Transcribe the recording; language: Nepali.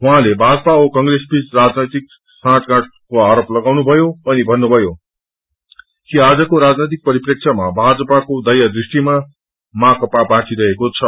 उहाँले भाजपा औ कंग्रेसबीच राजनैतिक साँठगाठँको आरोप लागाउनुभयो अनि भन्नुभयो कि आजको राजनैतिक परिप्रेक्षामा भाजपको दया दृष्टिमा माकपा बाँचेको छ